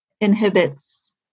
inhibits